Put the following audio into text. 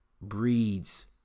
breeds